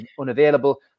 unavailable